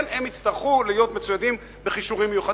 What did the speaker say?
הם יצטרכו להיות מצוידים בכישורים מיוחדים.